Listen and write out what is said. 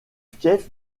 fief